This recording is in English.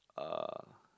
uh